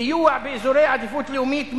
סיוע באזורי עדיפות לאומית,